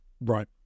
Right